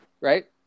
right